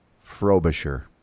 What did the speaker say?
Frobisher